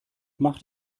macht